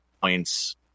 points